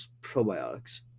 probiotics